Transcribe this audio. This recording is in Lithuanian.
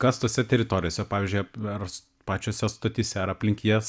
kas tose teritorijose pavyzdžiui ar pačiose stotyse ar aplink jas